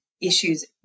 issues